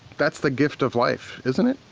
that's the gift of life, isn't it?